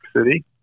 City